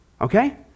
Okay